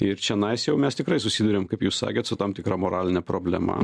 ir čionais jau mes tikrai susiduriam kaip jūs sakėt su tam tikra moraline problema